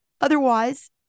Otherwise